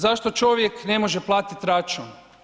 Zašto čovjek ne može platit račun?